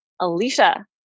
Alicia